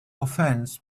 offense